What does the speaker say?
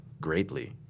greatly